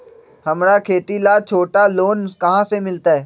हमरा खेती ला छोटा लोने कहाँ से मिलतै?